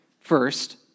first